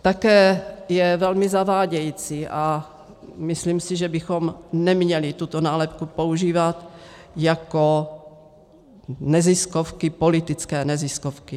Také je velmi zavádějící, a myslím si, že bychom neměli tuto nálepku používat, jako politické neziskovky.